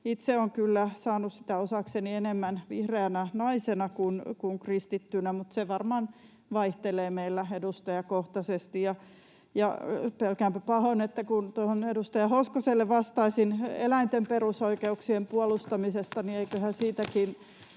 itse olen kyllä saanut sitä osakseni enemmän vihreänä naisena kuin kristittynä, mutta se varmaan vaihtelee meillä edustajakohtaisesti. Pelkäänpä pahoin, että kun edustaja Hoskoselle vastaan eläinten perusoikeuksien puolustamisesta, niin eiköhän siitäkin